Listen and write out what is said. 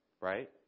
Right